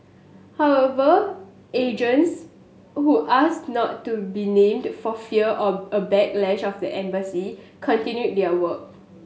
however agents who asked not to be named for fear of a backlash by the embassy continued their work